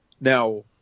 Now